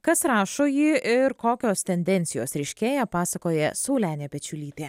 kas rašo jį ir kokios tendencijos ryškėja pasakoja saulenė pečiulytė